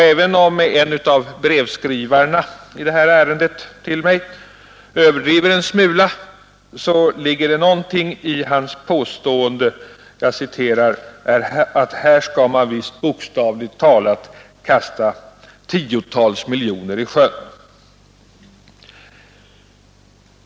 Även om en av dem som skrivit brev till mig i detta ärende överdriver en smula, ligger det något i hans påstående ”att här skall man visst bokstavligt talat kasta tiotals miljoner i sjön”.